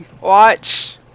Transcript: watch